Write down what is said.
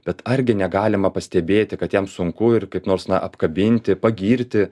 bet argi negalima pastebėti kad jam sunku ir kaip nors na apkabinti pagirti